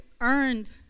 earned